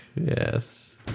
Yes